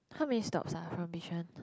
how many stops ah from Bishan